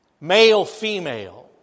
male-female